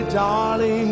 darling